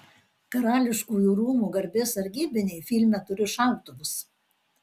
karališkųjų rūmų garbės sargybiniai filme turi šautuvus